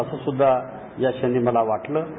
असं सुद्धा या क्षणी मला वाटतं